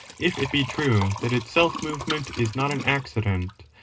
if it be true that its self-movement is not an accident,